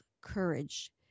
courage